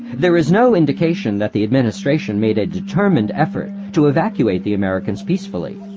there is no indication that the administration made a determined effort to evacuate the americans peacefully.